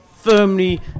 Firmly